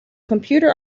computer